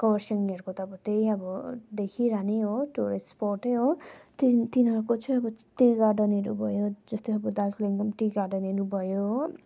कर्सियङहरूको त त्यही अब देखिरहने हो टुरिस्ट स्पट हो तिन तिनीहरूको चाहिँ अब टी गार्डनहरू भयो जस्तै अब दार्जिलिङको टी गार्डनहरू भयो